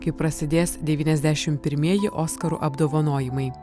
kai prasidėsdevyniasdešimt pirmieji oskarų apdovanojimai